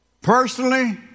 Personally